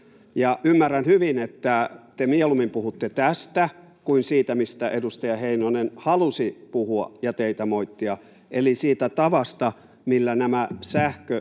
Ymmärrän hyvin, että te mieluummin puhutte tästä kuin siitä, mistä edustaja Heinonen halusi puhua ja teitä moittia, eli siitä tavasta, millä nämä